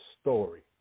story